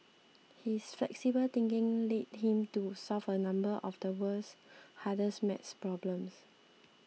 his flexible thinking led him to solve a number of the world's hardest math problems